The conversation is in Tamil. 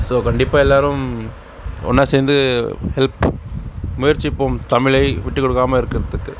ஸோ கண்டிப்பாக எல்லோரும் ஒன்னாக சேர்ந்து ஹெல்ப் முயற்சிப்போம் தமிழை விட்டு கொடுக்காமல் இருக்கிறத்துக்கு